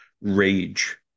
rage